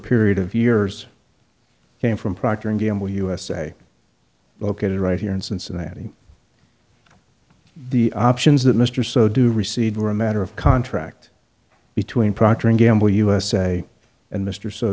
period of years came from procter and gamble usa located right here in cincinnati the options that mr so do recede were a matter of contract between procter and gamble usa and mr so